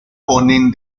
ponen